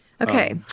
Okay